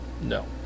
No